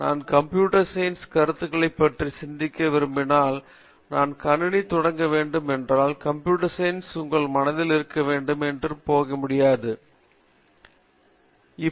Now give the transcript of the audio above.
நான் computer science கருத்துக்கள் பற்றி சிந்திக்க விரும்பினால் நான் கணினி தொடங்க வேண்டும் என்றால் கம்ப்யூட்டர் சயின்ஸ் உங்கள் மனதில் இருக்க வேண்டும் பின்னர் நீங்கள் கணினி பற்றி எதுவும் யோசிக்க முடியும்